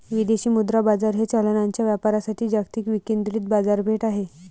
विदेशी मुद्रा बाजार हे चलनांच्या व्यापारासाठी जागतिक विकेंद्रित बाजारपेठ आहे